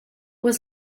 was